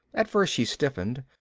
at first she stiffened,